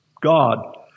God